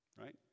Right